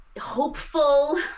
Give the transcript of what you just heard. hopeful